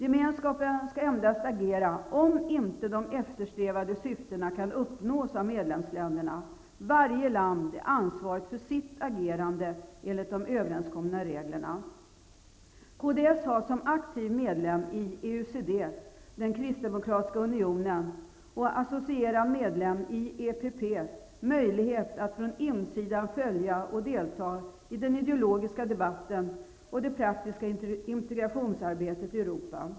Gemenskapen skall endast agera, om inte de eftersträvade syftena kan uppnås av medlemsländerna. Varje land är ansvarigt för sitt agerande enligt de överenskomna reglerna. Kds har som aktiv medlem i EUCD, den kristdemokratiska unionen, och som associerad medlem i EPP möjligheter att från insidan följa och delta i den ideologiska debatten och det praktiska integrationsarbetet i Europa.